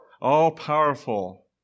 All-powerful